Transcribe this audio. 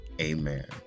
amen